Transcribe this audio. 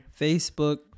Facebook